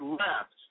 left